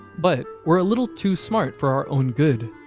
but, we're a little too smart for our own good.